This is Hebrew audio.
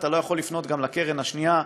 אתה לא יכול לפנות גם לקרן השנייה,